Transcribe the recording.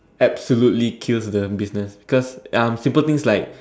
absolutely kills the business cause um simple things like